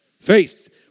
Faith